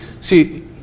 see